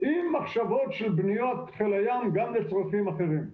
עם מחשבות של בניות חיל הים גם לצרכים אחרים.